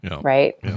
right